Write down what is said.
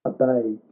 obey